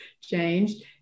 changed